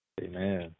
Amen